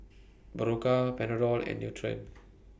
Berocca Panadol and Nutren